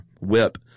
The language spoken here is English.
whip